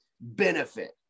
benefit